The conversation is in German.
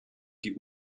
die